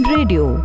Radio